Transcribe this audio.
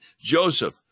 Joseph